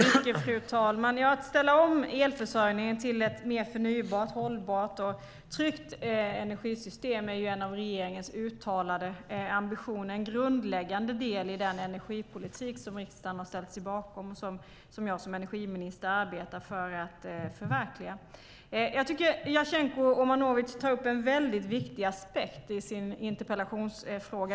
Fru talman! Att ställa om elförsörjningen till ett mer förnybart, hållbart och tryggt energisystem är en av regeringens uttalade ambitioner. Det är en grundläggande del i den energipolitik som riksdagen har ställt sig bakom och som jag som energiminister arbetar för att förverkliga. Jasenko Omanovic tar upp en väldigt viktig aspekt i sin interpellation.